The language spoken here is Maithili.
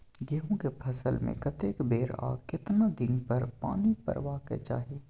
गेहूं के फसल मे कतेक बेर आ केतना दिन पर पानी परबाक चाही?